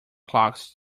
clocks